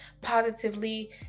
positively